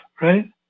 right